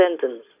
sentence